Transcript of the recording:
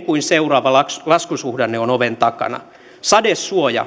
kuin seuraava laskusuhdanne on oven takana sadesuoja